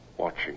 Watching